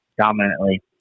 dominantly